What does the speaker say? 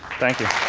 thank you.